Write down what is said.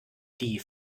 die